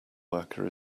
worker